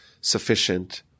sufficient